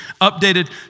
updated